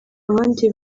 abandi